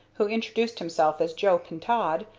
who introduced himself as joe pintaud,